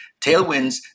Tailwinds